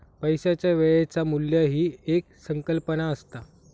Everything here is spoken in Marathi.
पैशाच्या वेळेचा मू्ल्य ही एक संकल्पना असता